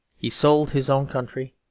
he sold his own country,